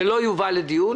זה לא יובא לדיון.